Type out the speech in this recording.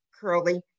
curly